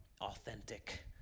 authentic